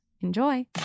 Enjoy